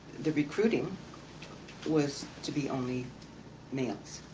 the recruiting was to be only males.